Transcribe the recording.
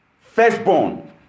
Firstborn